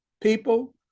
people